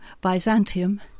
Byzantium